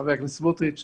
חבר הכנסת סמוטריץ',